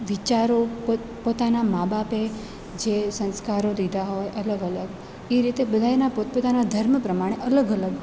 વિચારો પોત પોતાના મા બાપે જે સંસ્કારો દીધા હોય અલગ અલગ એ રીતે બધાયના પોત પોતાના ધર્મ પ્રમાણે અલગ અલગ